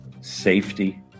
safety